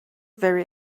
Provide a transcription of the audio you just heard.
very